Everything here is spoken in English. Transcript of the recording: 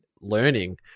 learning